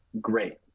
great